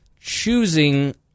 choosing